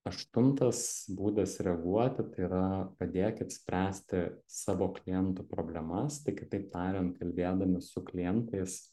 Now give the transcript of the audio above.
aštuntas būdas reaguoti tai yra padėkit spręsti savo klientų problemas tai kitaip tariant kalbėdami su klientais